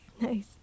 Nice